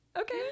Okay